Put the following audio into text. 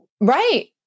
Right